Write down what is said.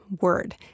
word